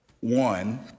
One